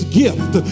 gift